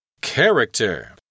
Character